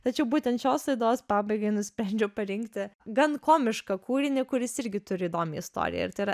tačiau būtent šios laidos pabaigai nusprendžiau parinkti gan komišką kūrinį kuris irgi turi įdomią istoriją ir tai yra